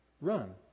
run